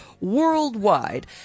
worldwide